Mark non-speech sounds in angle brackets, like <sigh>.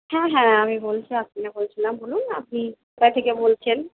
হ্যাঁ হ্যাঁ আমি বলছি <unintelligible> বলছিলাম বলুন আপনি <unintelligible> থেকে বলছেন